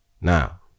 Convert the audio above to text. now